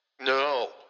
No